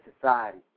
society